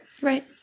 Right